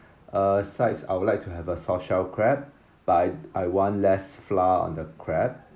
uh sides I would like to have a soft shell crab but I want less flour on the crab